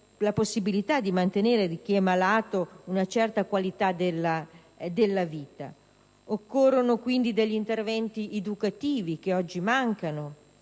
la possibilità di mantenere a chi è malato una certa qualità della vita. Occorrono quindi degli interventi educativi, che oggi mancano,